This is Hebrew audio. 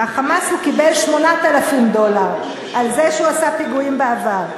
מה"חמאס" הוא קיבל 8,000 דולר על זה שהוא עשה פיגועים בעבר,